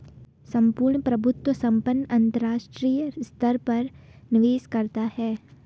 सम्पूर्ण प्रभुत्व संपन्न अंतरराष्ट्रीय स्तर पर निवेश करता है